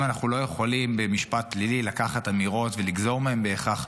אם אנחנו לא יכולים במשפט פלילי לקחת אמירות ולגזור מהן בהכרח,